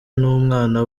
numwana